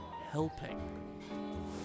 helping